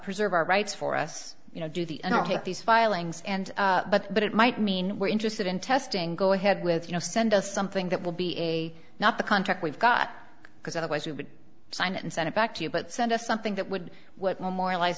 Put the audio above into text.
preserve our rights for us you know do the these filings and but it might mean we're interested in testing go ahead with you know send us something that will be a not the contract we've got because otherwise we would sign it and send it back to you but send us something that would what memorialize